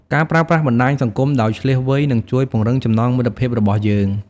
ការប្រើប្រាស់បណ្ដាញសង្គមដោយឈ្លាសវៃនឹងជួយពង្រឹងចំណងមិត្តភាពរបស់យើង។